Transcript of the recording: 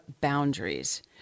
boundaries